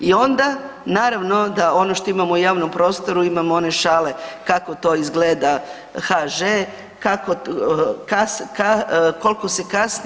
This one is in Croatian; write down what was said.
I onda naravno da ono što imamo u javnom prostoru imamo one šale, kako to izgleda HŽ, kako, koliko se kasni.